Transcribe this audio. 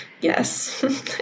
Yes